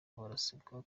barasabwa